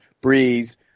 Breeze